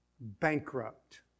bankrupt